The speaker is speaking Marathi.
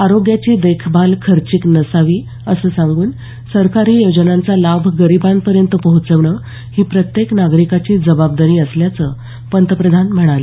आरोग्याची देखभाल खर्चिक नसावी असं सांगून सरकारी योजनांचा लाभ गरिबांपर्यंत पोहोचवणं ही प्रत्येक नागरिकाची जबाबदारी असल्याचं पंतप्रधान म्हणाले